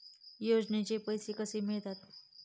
योजनेचे पैसे कसे मिळतात?